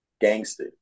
Gangster